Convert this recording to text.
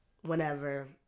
whenever